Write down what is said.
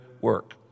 work